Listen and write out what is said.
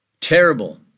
terrible